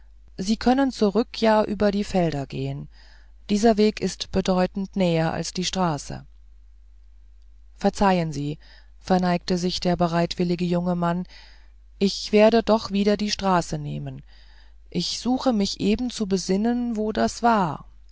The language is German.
sie können zurück ja über die felder gehen dieser weg ist bedeutend näher als die straße verzeihen sie verneigte sich der bereitwillige junge mann ich werde doch wieder die straße nehmen ich suche mich eben zu besinnen wo das war